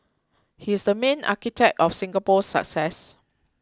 he's the main architect of Singapore's success